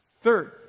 Third